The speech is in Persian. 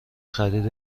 خرید